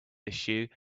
issue